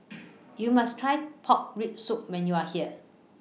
YOU must Try Pork Rib Soup when YOU Are here